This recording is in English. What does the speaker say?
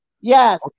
Yes